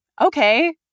okay